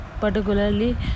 particularly